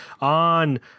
on